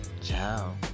Ciao